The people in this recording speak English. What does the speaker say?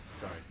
Sorry